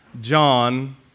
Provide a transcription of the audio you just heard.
John